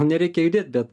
nereikia judėt bet